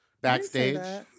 Backstage